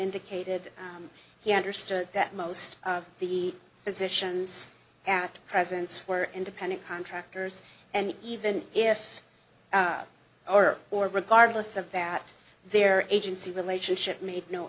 indicated he understood that most of the physicians at presence were independent contractors and even if or or regardless of that their agency relationship made no